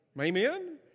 Amen